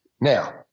Now